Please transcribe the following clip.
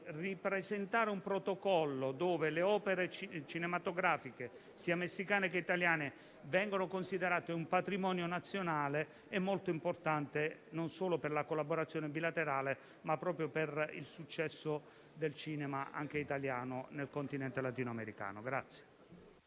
ripresentare un protocollo in cui le opere cinematografiche sia messicane che italiane vengono considerate un patrimonio nazionale è molto importante non solo per la collaborazione bilaterale, ma proprio per il successo del cinema, anche italiano, nel continente latino-americano.